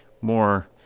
more